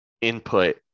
input